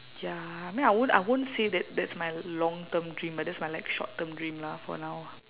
ya I mean I won't I won't say that that's my long term dream but that's my like short term dream lah for now